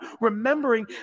remembering